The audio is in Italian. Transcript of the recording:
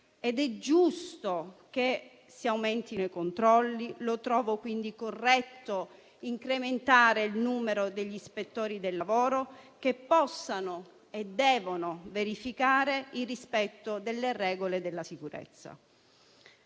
È giusto che si aumentino i controlli, per cui trovo corretto incrementare il numero degli ispettori del lavoro che possono e devono verificare il rispetto delle regole sulla sicurezza.